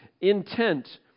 intent